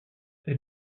elle